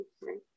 right